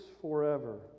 forever